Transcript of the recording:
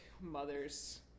mother's